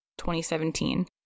2017